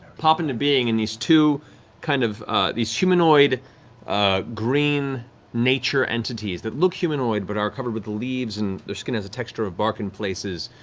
pop into being and these two kind of humanoid ah green nature entities that look humanoid but are covered with leaves and their skin has the texture of bark in places.